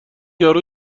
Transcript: یارو